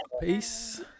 Peace